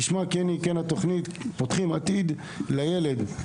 כשמה כן היא, התוכנית "פותחים עתיד" לילד.